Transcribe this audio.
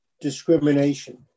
discrimination